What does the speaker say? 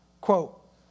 Quote